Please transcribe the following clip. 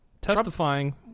testifying